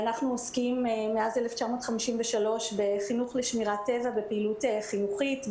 אנחנו עוסקים מאז 1953 בחינוך לשמירת טבע ופעילות חינוכית,